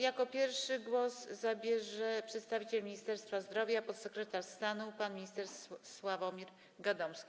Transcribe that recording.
Jako pierwszy głos zabierze przedstawiciel Ministerstwa Zdrowia, podsekretarz stanu pan minister Sławomir Gadomski.